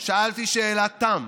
שאלתי שאלת תם: